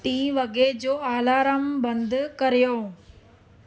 T वॻे जो alarm बंदि करियो